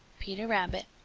peter rabbit.